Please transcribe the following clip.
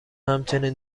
همچنین